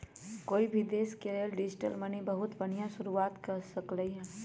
कोई भी देश के लेल डिजिटल मनी बहुत बनिहा शुरुआत हो सकलई ह